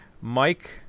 Mike